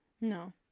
no